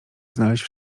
znaleźć